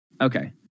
Okay